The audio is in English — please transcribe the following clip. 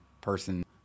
person